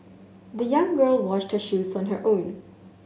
the young girl washed her shoes on her own